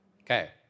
Okay